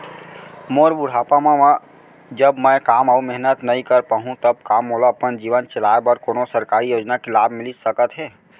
मोर बुढ़ापा मा जब मैं काम अऊ मेहनत नई कर पाहू तब का मोला अपन जीवन चलाए बर कोनो सरकारी योजना के लाभ मिलिस सकत हे?